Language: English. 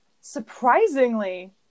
surprisingly